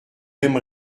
mêmes